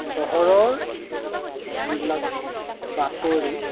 চহৰৰ যিবিলাক বাতৰি